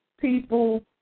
people